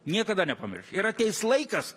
niekada nepamirš ir ateis laikas